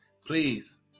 please